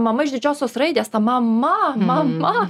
mama iš didžiosios raidės ta mama mama